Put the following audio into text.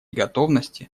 готовности